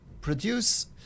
produce